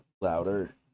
louder